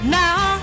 now